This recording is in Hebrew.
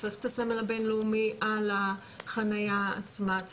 צריך את הסמל הבין-לאומי על החניה עצמה,